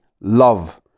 Love